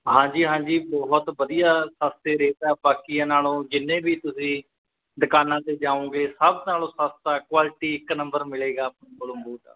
ਹਾਂਜੀ ਹਾਂਜੀ ਬਹੁਤ ਵਧੀਆ ਸਸਤੇ ਰੇਟ ਆ ਬਾਕੀਆਂ ਨਾਲੋਂ ਜਿੰਨੇ ਵੀ ਤੁਸੀਂ ਦੁਕਾਨਾਂ 'ਤੇ ਜਾਉਂਗੇ ਸਭ ਨਾਲੋਂ ਸਸਤਾ ਕੁਆਲਿਟੀ ਇੱਕ ਨੰਬਰ ਮਿਲੇਗਾ ਆਪਣੇ ਕੋਲੋਂ ਬੂਟ